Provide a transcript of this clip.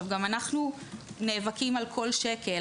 אנחנו גם נאבקים על כל שקל,